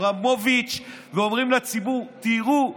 שומעים את אברמוביץ' אומרים לציבור: תראו,